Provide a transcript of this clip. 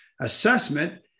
assessment